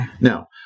Now